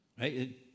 right